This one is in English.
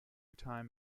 time